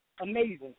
amazing